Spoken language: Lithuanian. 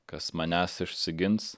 kas manęs išsigins